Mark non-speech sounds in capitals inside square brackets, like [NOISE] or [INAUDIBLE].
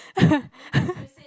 [LAUGHS]